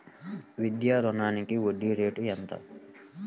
విద్యా రుణానికి వడ్డీ రేటు ఎంత?